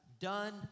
done